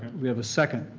we have a second.